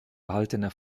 erhaltene